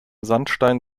sandstein